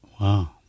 Wow